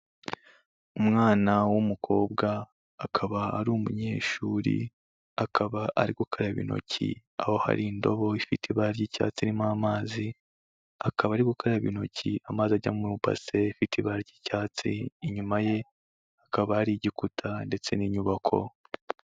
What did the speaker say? Umwana w'umukobwa akaba ari umunyeshuri, akaba ari gukaraba intoki, aho hari indobo ifite ibara ry'icyatsi irimo amazi, akaba ari gukaraba intoki amazi ajya mu ibase ifite ibara ry'icyatsi, inyuma ye hakaba hari igikuta ndetse n'inyubako.